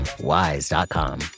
WISE.com